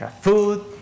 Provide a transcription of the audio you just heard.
food